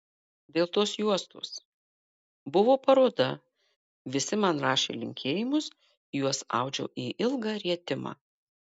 dėl tos juostos buvo paroda visi man rašė linkėjimus juos audžiau į ilgą rietimą